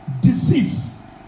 disease